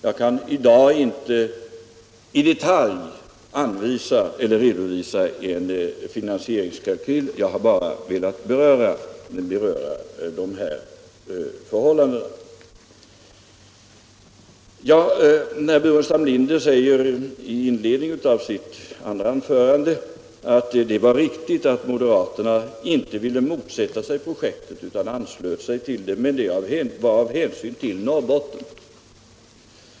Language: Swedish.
Jag kan i dag inte i detalj redovisa en finansieringskalkyl, jag har nu bara velat beröra dessa förhållanden. Herr Burenstam Linder säger i inledningen av sitt andra anförande att det var riktigt att moderaterna inte ville motsätta sig projektet med Stålverk 80, utan anslöt sig till det, och att det var av hänsyn till Norrbotten.